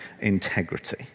integrity